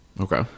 Okay